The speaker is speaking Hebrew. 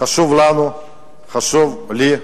חשוב לנו, חשוב לי,